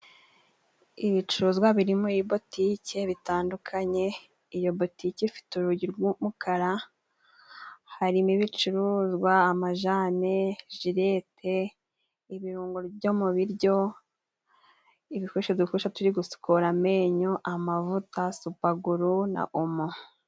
Ibicuruzwa biri muri botike bitandukanye. Iyo botike ifite urugi rw'umukara. Harimo ibicuruzwa: amajane, jilete, ibirungo byo mu biryo, ibikoresho dukoresha turi gusukura amenyo, amavuta, supaguru na omo.